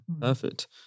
perfect